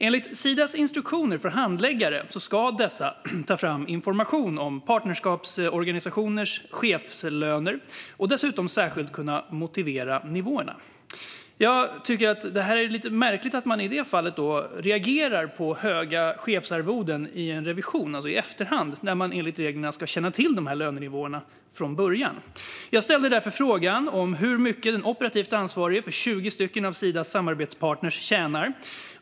Enligt Sidas instruktioner för handläggare ska dessa ta fram information om partnerskapsorganisationers chefslöner och dessutom särskilt kunna motivera nivåerna. Jag tycker att det är lite märkligt att man i det aktuella fallet reagerar på höga chefsarvoden vid en revision, alltså i efterhand, när man enligt reglerna ska känna till lönenivåerna från början. Jag ställde därför frågan hur mycket den operativt ansvariga för 20 av Sidas samarbetspartner tjänar.